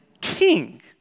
king